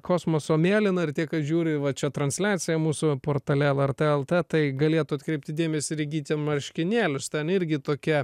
kosmoso mėlyna ir tie kas žiūri va čia transliaciją mūsų portale lrt lt tai galėtų atkreipti dėmesį ir įgyti marškinėlius ten irgi tokia